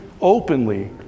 openly